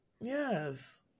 Yes